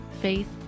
faith